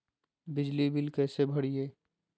बिजली बिल कैसे भरिए?